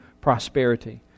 prosperity